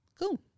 Cool